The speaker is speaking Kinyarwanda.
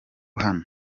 hano